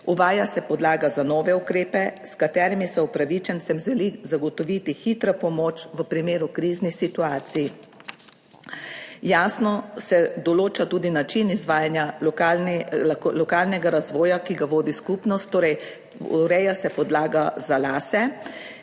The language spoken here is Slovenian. Uvaja se podlaga za nove ukrepe, s katerimi se upravičencem želi zagotoviti hitra pomoč v primeru kriznih situacij. Jasno se določa tudi način izvajanja lokalnega razvoja, ki ga vodi skupnost, torej ureja se podlaga za LAS-e